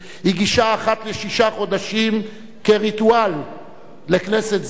הגישה אחת לשישה חודשים כריטואל לכנסת זו,